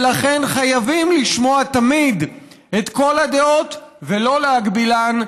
לכן חייבים לשמוע תמיד את כל הדעות ולא להגבילן,